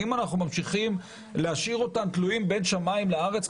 האם אנחנו ממשיכים להשאיר אותם תלויים בין שמיים לארץ,